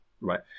Right